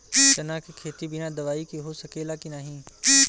चना के खेती बिना दवाई के हो सकेला की नाही?